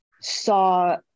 saw